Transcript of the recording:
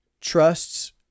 Trusts